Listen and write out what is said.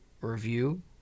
review